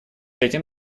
этим